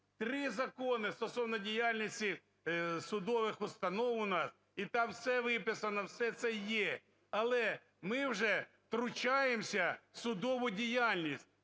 три закони стосовно діяльності судових установ у нас, і там все виписано, все це є. Але ми вже втручаємося в судову діяльність.